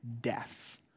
death